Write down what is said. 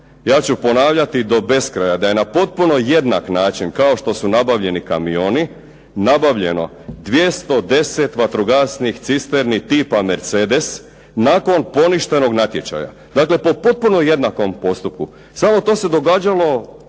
Ja ću ponavljati do beskraja da je na potpuno jednak način kao što su nabavljeni kamioni nabavljeno 210 vatrogasnih cisterni tipa Mercedes nakon poništenog natječaja. Dakle, po potpuno jednakom postupku samo to se događalo